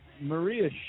Maria